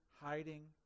hiding